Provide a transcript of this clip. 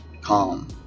calm